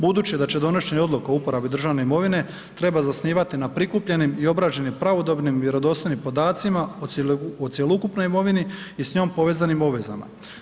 Budući da će donošenje odluke o uporabi državne imovine trebati zasnivati na prikupljenim i obrađenim pravodobnim vjerodostojnim podacima o cjelokupnoj imovini i s njom povezanim obvezama.